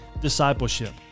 discipleship